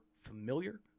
familiar